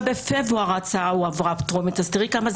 ההצעה הועברה בטרומית ב-6 בפברואר,